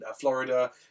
Florida